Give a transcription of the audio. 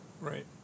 Right